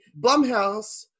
Blumhouse